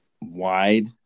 wide